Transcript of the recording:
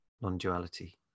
non-duality